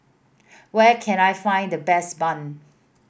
where can I find the best bun